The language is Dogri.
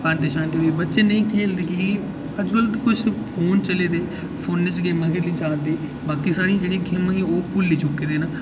पंत दी पर्ची बच्चे नेईं खेढदे की जे अजल किश फोन चले दे फोनै च गेमां खेढी जा दे बाकी सारियां जेह्ड़ियां गेमां हियां ओह् भुल्ली चुक्के दे न